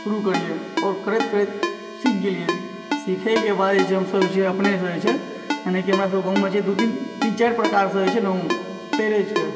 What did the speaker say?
शुरू करिए आओर करैत करैत सीख गेलिए सीखेके बाद जे छै हमसभ जे छै अपनेसँ जे छै जेनाकि हमरा गाँवमे जे छै दू तीन तीन चारि प्रकारसँ जे छै न ओ तैरय छै